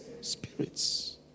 Spirits